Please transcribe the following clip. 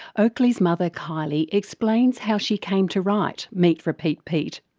oakley's mother kylee explains how she came to write meet repeat pete.